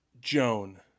Joan